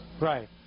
Right